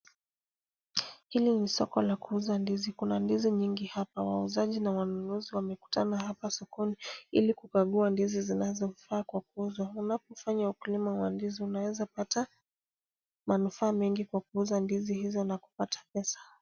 Hili ni soko la kuuza ndizi. Kuna ndizi nyini hapa. Wauzaji na wanunuzi wamekutana hapa sokoni ili kukagua ndizi zinazofaa kwa kuuzwa. Unapofanya ukulima wa ndizi uaweza pata manufaa mengi kwa kuuza ndizi hizo na kupata pesa.